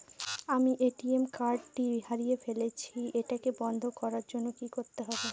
আমি ATM card টি হারিয়ে ফেলেছি এটাকে বন্ধ করার জন্য কি করতে হবে?